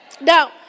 Now